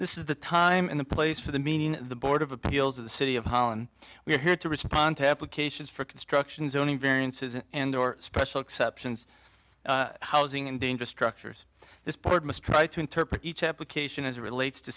this is the time and the place for the meaning the board of appeals of the city of holland we are here to respond to applications for construction zoning variances and or special exceptions housing and dangerous structures this board must try to interpret each application as it relates to